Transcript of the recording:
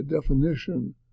definition